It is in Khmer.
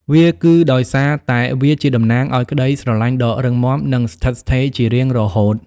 វាគឺដោយសារតែវាជាតំណាងឱ្យក្តីស្រឡាញ់ដ៏រឹងមាំនិងស្ថិតស្ថេរជារៀងរហូត។